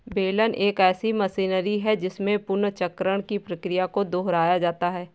बेलन एक ऐसी मशीनरी है जिसमें पुनर्चक्रण की क्रिया को दोहराया जाता है